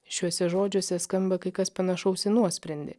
šiuose žodžiuose skamba kai kas panašaus į nuosprendį